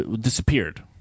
disappeared